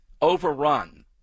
overrun